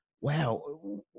wow